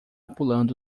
pulando